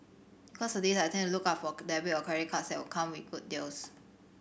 because of this I tend to look out for debit or credit cards that will come with good deals